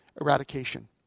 eradication